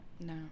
No